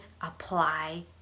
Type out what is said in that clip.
apply